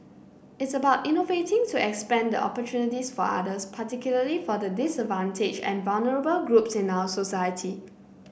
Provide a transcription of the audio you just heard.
it's about innovating to expand the opportunities for others particularly for the disadvantaged and vulnerable groups in our society